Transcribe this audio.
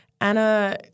Anna